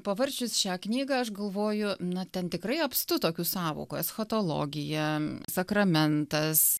pavarčius šią knygą aš galvoju na ten tikrai apstu tokių sąvokų eschatologija sakramentas